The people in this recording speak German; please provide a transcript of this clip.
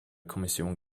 kommission